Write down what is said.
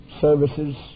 services